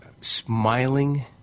smiling